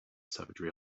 savagery